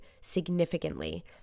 significantly